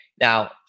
Now